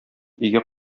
өйгә